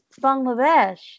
Bangladesh